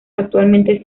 actualmente